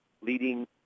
leading